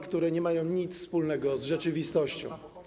które nie mają nic wspólnego z rzeczywistością.